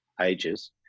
ages